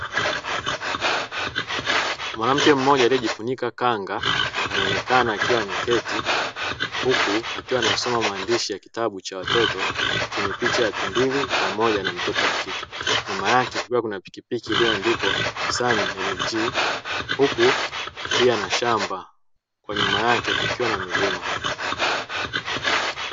Mwanamke mmoja aliyejifunika kanga, anaonekana akiwa ameketi huku akiwa anasoma maandishi ya kitabu cha watoto chenye picha ya tumbili pamoja na mtoto wa kike. Nyuma yake kukiwa na pikipiki iliyoandikwa "SUN LG", huku pia na shamba kwa nyuma yake kukiwa na milima.